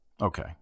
okay